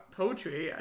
poetry